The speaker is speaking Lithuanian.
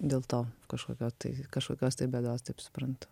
dėl to kažkokio tai kažkokios tai bėdos taip suprantu